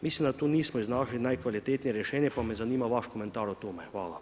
Mislim da tu nismo iznašli najkvalitetnije rješenje pa me zanima vaš komentar o tome.